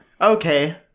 okay